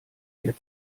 dir